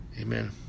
amen